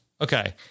Okay